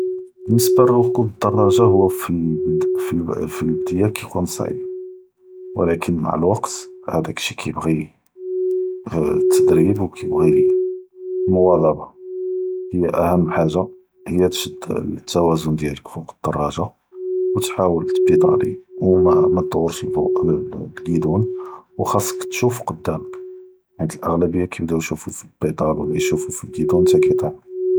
באלניסבה לרכוב אלדראגה פ אללה אלב’דיה כיתכון ס’עיב, אך מע אלוווקט דאק שאי’ כיבג’י ע’יר אלתר’יב ו כיבג’י אלמואאז’בה, היא אהם חאגה היא תשרד אלתוואזון דיאלכ פ’וק אלדראגה ו ת’ח’אול תבידאלי ו מדורש אלפולו לפני אלקידון, ו ח’אסכ תושוף קדאמכ חית אלאג’ביה כיבדאו יושופו פ אלבידאל ו לא יושופו פ אלקידון חתה כיתיח’ו.